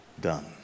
done